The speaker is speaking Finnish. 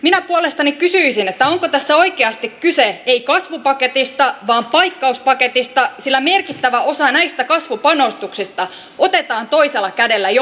minä puolestani kysyisin onko tässä oikeasti kyse ei kasvupaketista vaan paikkauspaketista sillä merkittävä osa näistä kasvupanostuksista otetaan toisella kädellä jostain muualta